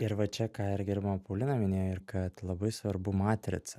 ir va čia ką ir gerbiama paulina minėjo ir kad labai svarbu matrica